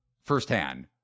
firsthand